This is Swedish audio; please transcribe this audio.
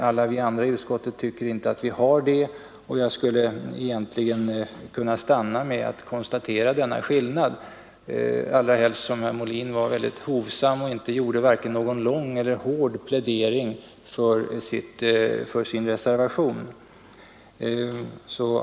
Alla vi andra i utskottet tycker inte att vi har det, och jag skulle kunna stanna vid ett konstaterande av denna skillnad — allra helst som herr Molin var mycket hovsam och varken gjorde någon lång eller hård plädering för sin reservation.